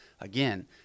Again